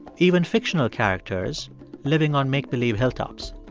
even fictional characters living on make-believe hilltops